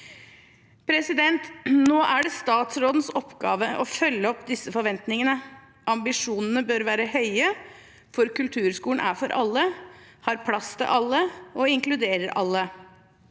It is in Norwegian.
de målene. Nå er det statsrådens oppgave å følge opp disse forventningene. Ambisjonene bør være høye, for kulturskolen er for alle, har plass til alle og inkluderer alle.